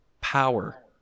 power